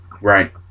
Right